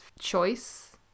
choice